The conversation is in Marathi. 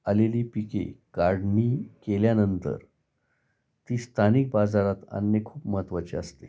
आलेली पिके काढणी केल्यानंतर ती स्थानिक बाजारात आणणे खूप महत्त्वाचे असते